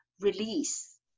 release